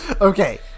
Okay